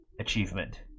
achievement